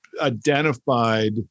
identified